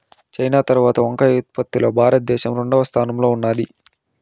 China తరవాత వంకాయ ఉత్పత్తి లో భారత దేశం రెండవ స్థానం లో ఉన్నాది